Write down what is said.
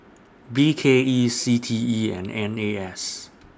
B K E C T E and N A S